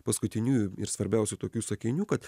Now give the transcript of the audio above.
paskutiniųjų ir svarbiausių tokių sakinių kad